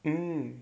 mm